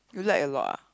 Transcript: you like a not ah